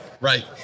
Right